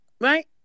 right